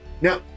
Now